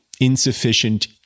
insufficient